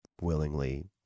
willingly